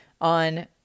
on